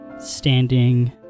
standing